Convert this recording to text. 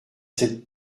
cette